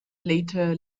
later